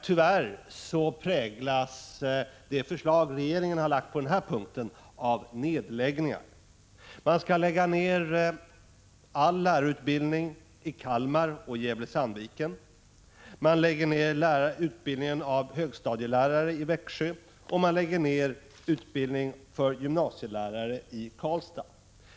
Tyvärr präglas regeringens förslag på den här punkten av nedläggningar. Man skall lägga ned all lärarutbildning i Kalmar och i Gävle-Sandviken, man skall lägga ned utbildningen av högstadielärare i Växjö och man skall lägga ned utbildningen av gymnasielärare i Karlstad.